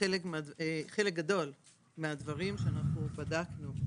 חלק גדול מהדברים שאותם בדקנו.